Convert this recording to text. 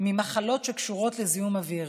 ממחלות שקשורות לזיהום האוויר.